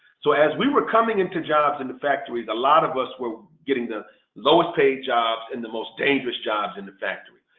so as we were coming into jobs in the factories, a lot of us were getting the lowest paid jobs and the most dangerous jobs in the factory.